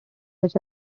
which